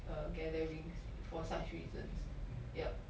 uh gatherings for such reasons yup